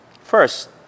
First